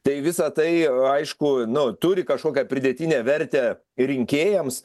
tai visa tai aišku nu turi kažkokią pridėtinę vertę rinkėjams